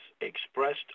expressed